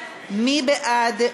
מי בעד?